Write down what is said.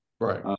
right